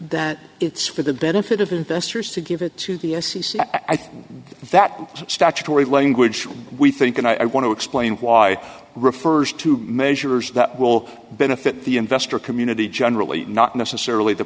that it's for the benefit of investors to give it to the i think that statutory language we think and i want to explain why refers to measures that will benefit the investor community generally not necessarily the